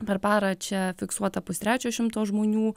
per parą čia fiksuota pustrečio šimto žmonių